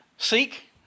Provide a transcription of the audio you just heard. Seek